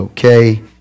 Okay